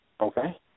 Okay